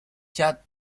chad